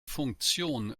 funktion